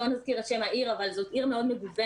לא נזכיר את שם העיר אבל זאת עיר מאוד מגוונת.